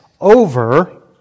over